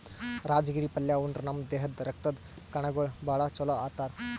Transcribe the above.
ರಾಜಗಿರಿ ಪಲ್ಯಾ ಉಂಡ್ರ ನಮ್ ದೇಹದ್ದ್ ರಕ್ತದ್ ಕಣಗೊಳಿಗ್ ಭಾಳ್ ಛಲೋ ಅಂತಾರ್